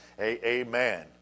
Amen